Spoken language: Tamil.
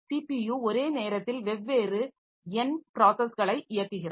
ஸிபியு ஒரே நேரத்தில் வெவ்வேறு N ப்ராஸஸ்களை இயக்குகிறது